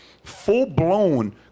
Full-blown